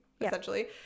essentially